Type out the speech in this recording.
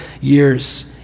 years